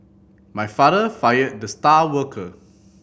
my father fired the star worker